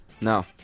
no